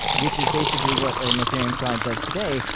which is basically what an ethereum client does today,